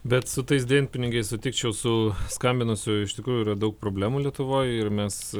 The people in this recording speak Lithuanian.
bet su tais dienpinigiais sutikčiau su skambinusiuoju iš tikrųjų yra daug problemų lietuvoj ir mes